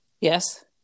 Yes